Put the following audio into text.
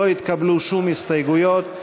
לא התקבלו שום הסתייגויות.